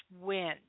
win